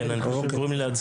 אוקיי.